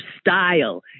style